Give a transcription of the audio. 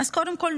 קודם כול,